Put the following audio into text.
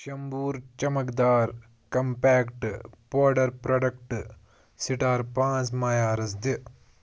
شیمبوٗر چمکدار compact powder پرٛوڈَکٹہٕ سِٹار پانٛژھ معیارَس دِ